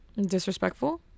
disrespectful